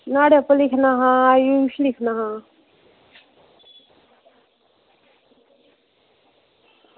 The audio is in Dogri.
नुहाड़े उप्पर लिखना हा आयुष लिखना हा